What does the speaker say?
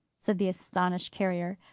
said the astonished carrier,